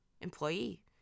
employee